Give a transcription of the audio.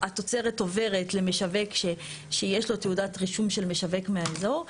והתוצרת עוברת למשווק שיש לו תעודת רישום של משווק מהאזור.